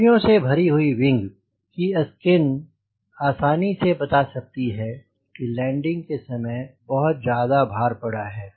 झुर्रियों से भरी हुई विंग विंग की स्किन आसानी से बता सकती है कि लैंडिंग के समय बहुत ज्यादा भार पड़ा है